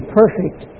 perfect